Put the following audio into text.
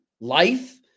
life